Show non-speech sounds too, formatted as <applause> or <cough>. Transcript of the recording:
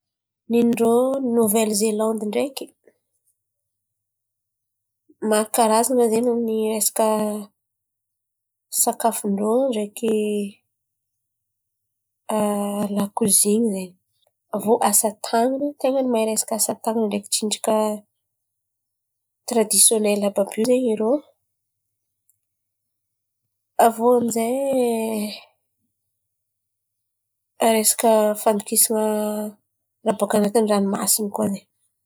Ny ndrô Novely zelandy ndreky maro karazan̈a zen̈y. Resaka sakafon-drô ndreky <hesitation> lakozin̈y zen̈y. Avô asa tanana, tena mahay resaka asa tan̈ana ndreky tsinjaka tiradisionely àby io zen̈y irô. Avô amy izay <hesitation> resaka fandokisan̈a raha bôka anatiny ranomasin̈y koa zen̈y.